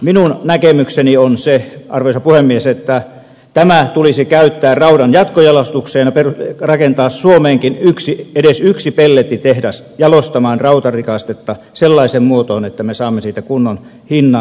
minun näkemykseni on se arvoisa puhemies että tämä tulisi käyttää raudan jatkojalostukseen ja rakentaa suomeenkin edes yksi pellettitehdas jalostamaan rautarikastetta sellaiseen muotoon että me saamme siitä kunnon hinnan markkinoilla